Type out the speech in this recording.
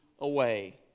away